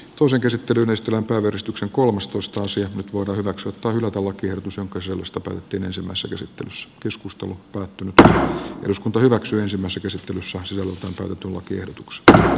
osa käsitteli myös tilan tarkistuksen kolmastoista sija hurmokset on luotava tiedotus on nyt voidaan hyväksyä tai hylätä lakiehdotus jonka sisällöstä päätettiin ensimmäisessä käsittelyssä asia toteutuu tiedotuksesta